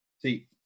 See